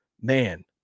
man